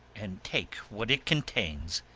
and take what it contains.